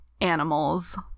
animals